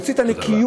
יוציא את הנקיות,